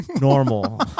normal